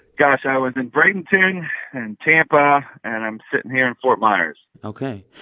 gosh, i was in bradenton and and tampa. and i'm sitting here in fort myers ok.